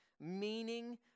meaning